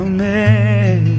Amen